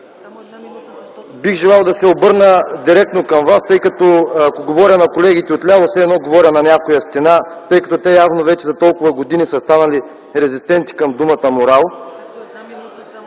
Бих желал да се обърна директно към Вас, защото ако говоря на колегите отляво, все едно говоря на някоя стена, тъй като те явно вече за толкова години са станали резистентни към думата „морал”.